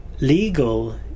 legal